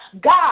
God